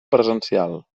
presencial